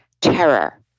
terror